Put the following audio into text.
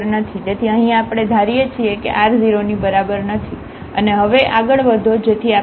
તેથી અહીં આપણે ધારીએ છીએ કે r 0 ની બરાબર નથી અને હવે આગળ વધો જેથી આપણે કરી શકીએ